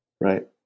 Right